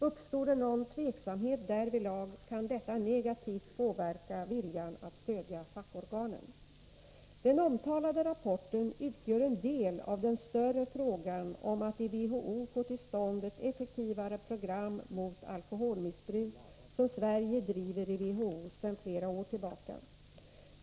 Uppstår det någon tveksamhet därvidlag, kan detta negativt påverka viljan att stödja fackorganen. Den omtalade rapporten utgör en del av den större frågan om att i WHO få till stånd ett effektivare program mot alkoholmissbruk, som Sverige driver i WHO sedan flera år tillbaka.